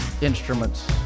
instruments